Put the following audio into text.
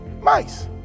mice